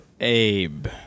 Abe